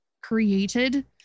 created